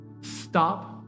Stop